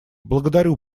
благодарю